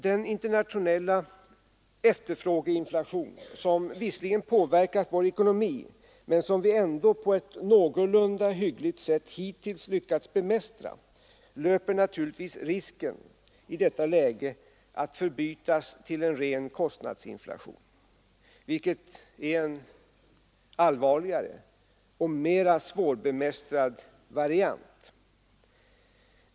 Den internationella efterfrågeinflationen, som visserligen påverkat vår ekonomi men som vi ändå på ett någorlunda hyggligt sätt hittills lyckats bemästra, löper naturligtvis risken i detta läge att förbytas i en ren kostnadsinflation, vilket är en allvarligare och mer svårbemästrad variant.